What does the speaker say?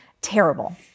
terrible